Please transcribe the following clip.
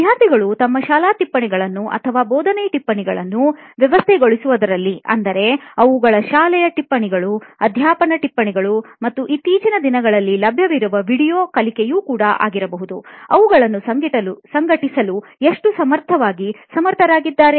ವಿದ್ಯಾರ್ಥಿಗಳು ತಮ್ಮ ಶಾಲಾ ಟಿಪ್ಪಣಿಗಳನ್ನೂ ಅಥವಾ ಬೋಧನಾ ಟಿಪ್ಪಣಿಗಳನ್ನೂ ವ್ಯವಸ್ಥೆಗೊಳಿಸುವದರಲ್ಲಿ ಅಂದರೆ ಅವುಗಳು ಶಾಲೆಯ ಟಿಪ್ಪಣಿ ಅಧ್ಯಾಪನ ಟಿಪ್ಪಣಿ ಮತ್ತು ಇತ್ತೀಚಿನ ದಿನಗಳಲ್ಲಿ ಲಭ್ಯವಿರುವ ವೀಡಿಯೊ ಕಲಿಕೆಯು ಆಗಿರಬಹುದು ಅವುಗಳನ್ನು ಸಂಘಟಿಸಲು ಎಷ್ಟು ಸಮರ್ಥವಾಗಿ ಸಮರ್ಥರಾಗಿದ್ದಾರೆ